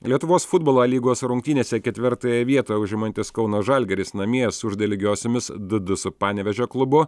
lietuvos futbolo a lygos rungtynėse ketvirtąją vietą užimantis kauno žalgiris namie sužaidė lygiosiomis du du su panevėžio klubu